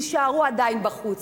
יישארו עדיין בחוץ.